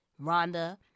Rhonda